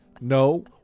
No